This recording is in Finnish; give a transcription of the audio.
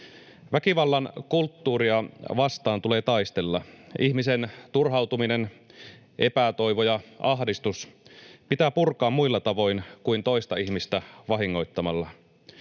Väkivallan kulttuuria vastaan tulee taistella. Ihmisen turhautuminen, epätoivo ja ahdistus pitää purkaa muilla tavoin kuin toista ihmistä vahingoittamalla.